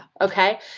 Okay